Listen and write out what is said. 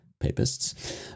Papists